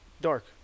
dark